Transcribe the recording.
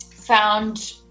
found